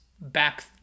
back